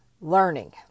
learning